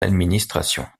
administration